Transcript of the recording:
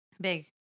big